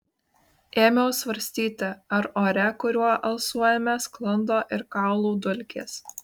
ėmiau svarstyti ar ore kuriuo alsuojame sklando ir kaulų dulkės